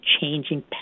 changing